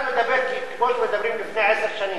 מדברים על לפני עשר שנים.